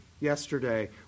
yesterday